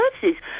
services